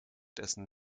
dessen